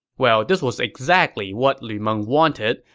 well, this was exactly what lu meng wanted,